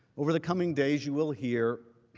over the coming days, you will hear